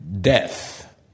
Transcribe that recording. death